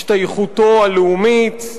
השתייכותו הלאומית,